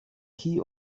kitts